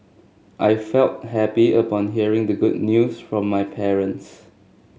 I felt happy upon hearing the good news from my parents